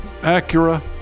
Acura